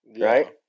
Right